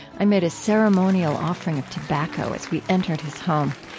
i made a ceremonial offering of tobacco as we entered his home.